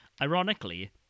ironically